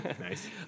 Nice